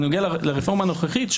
במקרה לרפורמה הנוכחית,